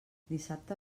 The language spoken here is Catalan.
dissabte